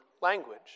language